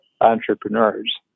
entrepreneurs